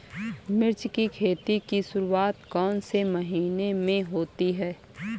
मिर्च की खेती की शुरूआत कौन से महीने में होती है?